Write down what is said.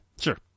Sure